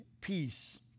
peace